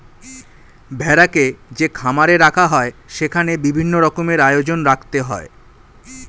ভেড়াকে যে খামারে রাখা হয় সেখানে বিভিন্ন রকমের আয়োজন রাখতে হয়